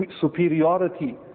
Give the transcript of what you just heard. superiority